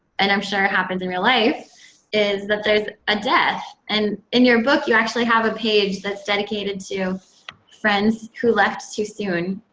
and i'm sure it happens in real life is that there's a death. and in your book, you actually have a page that's dedicated to friends who left too soon.